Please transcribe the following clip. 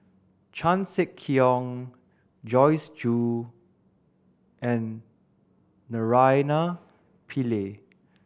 Chan Sek Keong Joyce Jue and Naraina Pillai